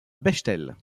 bechtel